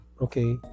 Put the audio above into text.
okay